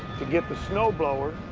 to get the snow blower